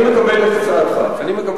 אני מקבל את הצעתך,